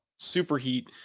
superheat